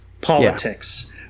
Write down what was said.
politics